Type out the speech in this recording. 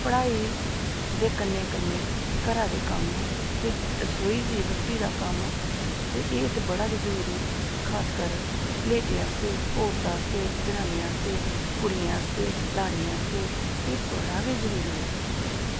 पढ़ाई दे कन्नै कन्नै घरा दे कम्म ते रसो दी रुट्टी दा कम्म ते एह् इत्थें बड़ा गै जरूरी औरत आस्तै लेडी आस्तै जनानी आस्तै कुड़ियें आस्तै लाड़ियें आस्तै एह् बड़ा गै जरूरी ऐ